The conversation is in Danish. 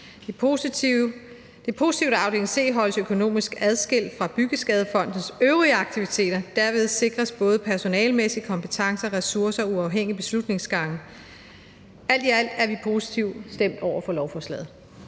er positivt, at afdeling C holdes økonomisk adskilt fra Byggeskadefondens øvrige aktiviteter – derved sikres både personalemæssige kompetencer og ressourcer og uafhængige beslutningsgange. Alt i alt er vi positivt stemt over for lovforslaget.